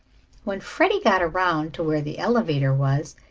when freddie got around to where the elevator was,